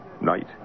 Night